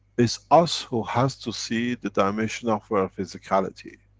it's us who has to see the dimension of our physicality.